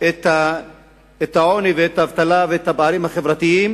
את העוני, את האבטלה ואת הפערים החברתיים,